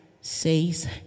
says